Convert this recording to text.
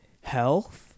health